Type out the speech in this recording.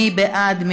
מי בעד?